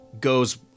goes